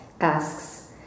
asks